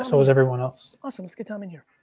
so is everyone else? awesome, let's get tom in here.